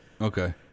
Okay